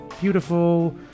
beautiful